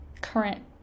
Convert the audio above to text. current